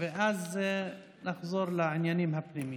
ואז נחזור לעניינים הפנימיים.